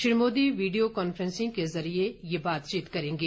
Shri Modi video conference के जरिए ये बातचीत करेंगे